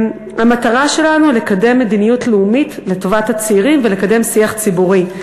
המטרה שלנו: לקדם מדיניות לאומית לטובת הצעירים ולקדם שיח ציבורי.